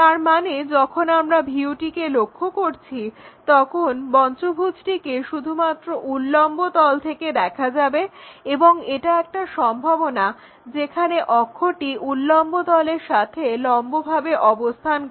তার মানে যখন আমরা ভিউটিকে লক্ষ্য করছি তখন পঞ্চভুজটিকে শুধুমাত্র উল্লম্ব তল থেকে দেখা যাবে এবং এটা একটা সম্ভাবনা যেখানে অক্ষটি উল্লম্ব তলের সাথে লম্বভাবে অবস্থান করে